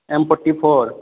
M forty four